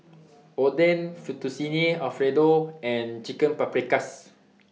Oden Fettuccine Alfredo and Chicken Paprikas